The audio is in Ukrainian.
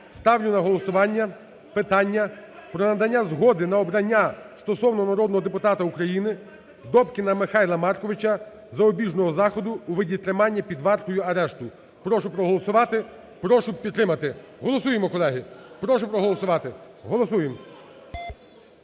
ставлю на голосування питання про надання згоди на обрання стосовно народного депутата України Добкіна Михайла Марковича запобіжного заходу у виді тримання під вартою (арешту). Прошу проголосувати. Прошу підтримати. Голосуємо, колеги. Прошу проголосувати. Голосуємо.